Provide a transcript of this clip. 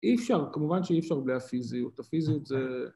אי אפשר, כמובן שאי אפשר בלי הפיזיות. הפיזיות זה...